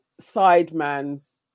sideman's